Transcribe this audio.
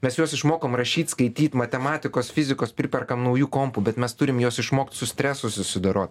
mes juos išmokom rašyt skaityt matematikos fizikos priperkam naujų kampų bet mes turim juos išmokt su stresu susidorot